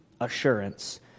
assurance